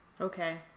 Okay